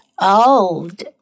old